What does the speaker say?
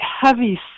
heavy